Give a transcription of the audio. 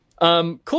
Cool